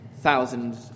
thousands